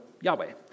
Yahweh